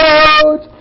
out